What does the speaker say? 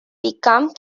become